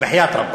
בחייאת רבאק.